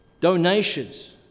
donations